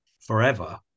forever